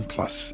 Plus